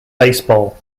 baseball